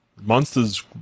Monster's